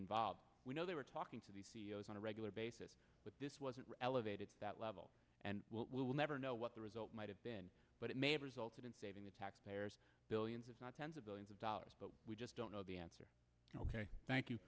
involved we know they were talking to the c e o s on a regular basis but this wasn't elevated that level and we'll never know what the result might have been but it may have resulted in saving the taxpayers billions if not tens of billions of dollars but we just don't know the answer ok thank you